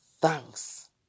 thanks